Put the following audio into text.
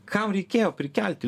kam reikėjo prikelti